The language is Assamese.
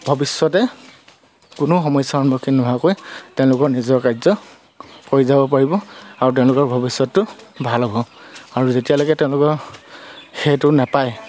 ভৱিষ্যতে কোনো সমস্যাৰ সন্মুখীন নোহোৱাকৈ তেওঁলোকৰ নিজৰ কাৰ্য কৰি যাব পাৰিব আৰু তেওঁলোকৰ ভৱিষ্যতটো ভাল হ'ব আৰু যেতিয়ালৈকে তেওঁলোকৰ সেইটো নেপায়